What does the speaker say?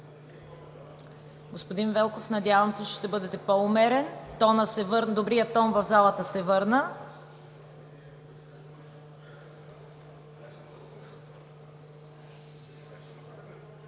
господин Велков, надявам се, че ще бъдете по-умерен. Добрият тон в залата се върна.